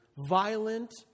violent